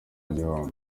gihunga